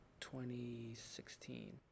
2016